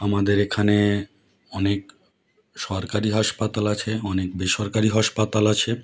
আমাদের এখানে অনেক সরকারি হাসপাতাল আছে অনেক বেসরকারি হাসপাতাল আছে